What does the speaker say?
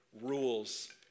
rules